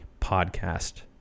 podcast